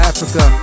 Africa